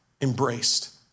embraced